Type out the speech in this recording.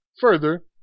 Further